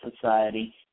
society